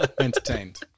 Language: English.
entertained